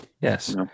Yes